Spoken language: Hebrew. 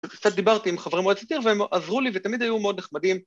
קצת דיברתי עם חברים מועצת העיר והם עזרו לי ותמיד היו מאוד נחמדים.